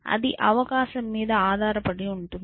అది అవకాశం మీద ఆధారపడి ఉంటుంది